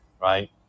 right